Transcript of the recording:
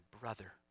brother